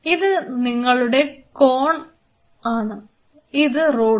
ഇത് നിങ്ങളുടെ കോൺ ആണ് ഇത് റോഡും